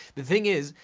the thing is,